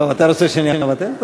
טוב, אתה רוצה שאני אבטל?